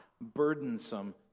burdensome